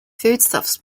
foodstuffs